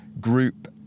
group